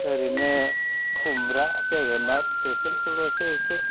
ओरैनो खुमब्रा जोगोनार बेफोरखौल'सो एसे